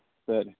sir